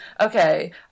Okay